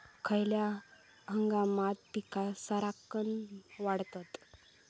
खयल्या हंगामात पीका सरक्कान वाढतत?